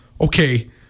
okay